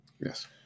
yes